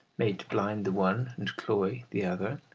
made to blind the one and cloy the other,